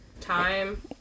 Time